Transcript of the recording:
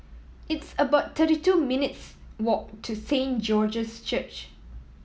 it's about thirty wo minutes' walk to Saint George's Church